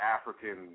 African